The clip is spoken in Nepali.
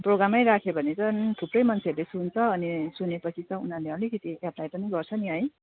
प्रोग्रामै राख्यो भने चाहिँ थुप्रै मान्छेहरूले सुन्छ अनि सुनेपछि त उनीहरूले अलिकति एप्पलाई पनि गर्छ नि है